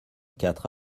quatre